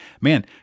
man